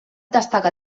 destaca